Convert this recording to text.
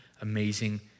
amazing